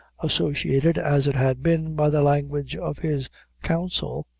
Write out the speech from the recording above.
associated, as it had been, by the language of his counsel,